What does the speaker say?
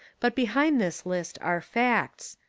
but behind this list are facts.